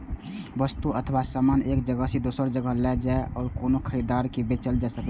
वस्तु अथवा सामान एक जगह सं दोसर जगह लए जाए आ कोनो खरीदार के बेचल जा सकै